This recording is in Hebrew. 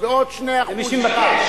ועוד 2% יש, למי שמבקש.